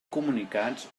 comunicats